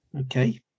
okay